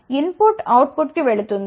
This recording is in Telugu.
కాబట్టి ఇన్ పుట్ అవుట్ పుట్ కు వెళుతుంది